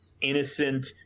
innocent